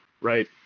right